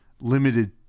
limited